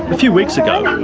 few weeks ago,